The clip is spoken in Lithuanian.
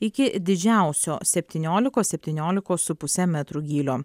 iki didžiausio septyniolikos septyniolikos su puse metrų gylio